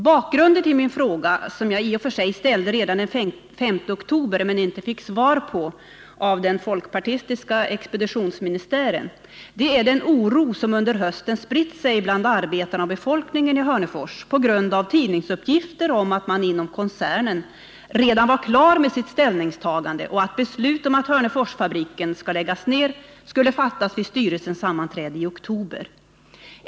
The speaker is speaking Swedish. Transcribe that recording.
Bakgrunden till min fråga, som jag i och för sig ställde redan den 5 oktober men inte fick svar på av den folkpartistiska expeditionsministären, är den oro som under hösten spritt sig bland arbetarna och befolkningen i Hörnefors på grund av tidningsuppgifter om att man inom koncernen redan var klar med sitt ställningstagande och att beslut om att Hörneforsfabriken skulle läggas ner skulle fattas vid styrelsens sammanträde i oktober.